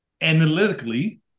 Analytically